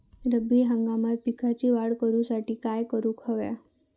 रब्बी हंगामात पिकांची वाढ करूसाठी काय करून हव्या?